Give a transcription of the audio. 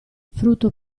frutto